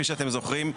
כפי שאתם זוכרים,